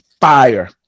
fire